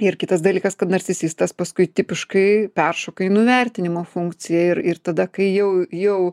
ir kitas dalykas kad narcisistas paskui tipiškai peršoka į nuvertinimo funkciją ir ir tada kai jau jau